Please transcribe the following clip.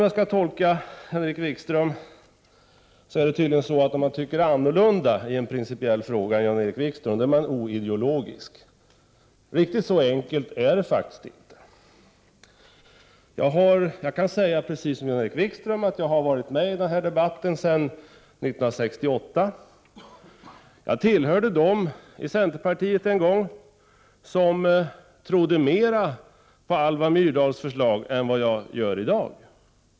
Jag tolkar Jan-Erik Wikström så, att om man tycker på annat sätt än han i en principiell fråga är man oideologisk. Riktigt så enkelt är det faktiskt inte. Jag kan säga, precis som Jan-Erik Wikström, att jag har deltagit i denna debatt sedan 1968. Jag tillhörde dem i centerpartiet som trodde mera på Alva Myrdals förslag då än vad jag gör i dag.